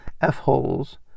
F-holes